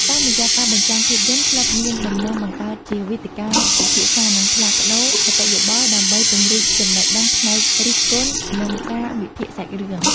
តាមរយៈការបញ្ចាំងភាពយន្ត ក្លឹបមានបំណងបង្កើតជាវេទិកាពិភាក្សា និងផ្លាស់ប្តូរមតិយោបល់ ដើម្បីពង្រីកចំណេះដឹងផ្នែករិះគន់ និងការវិភាគសាច់រឿង។